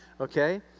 okay